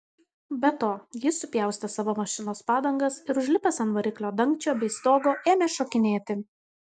be to jis supjaustė savo mašinos padangas ir užlipęs ant variklio dangčio bei stogo ėmė šokinėti